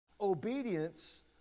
Obedience